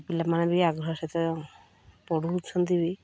ପିଲାମାନେ ବି ଆଗ୍ରହ ସହିତ ପଢ଼ୁଛନ୍ତି ବି